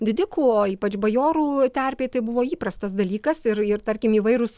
didikų ypač bajorų terpėj tai buvo įprastas dalykas ir ir tarkim įvairūs